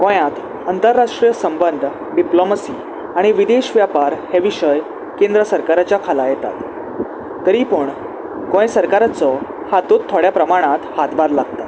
गोंयांत अंतरराष्ट्रीय संबंद डिप्लोमसी आनी विदेश व्यापार हे विशय केंद्र सरकाराच्या खाला येतात तरी पूण गोंय सरकाराचो हातूंत थोड्या प्रमाणांत हातभार लागतात